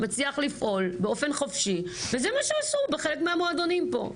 מצליח לפעול באופן חופשי וזה מה שעשו בחלק מהמועדונים פה.